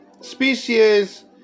species